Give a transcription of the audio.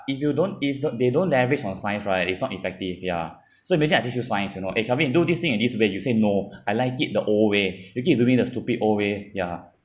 if you don't if don't they don't leverage on science right is not effective ya so imagine I teach you science you know eh help me to do this thing and this where you say no I like it the old way you think doing stupid old way ya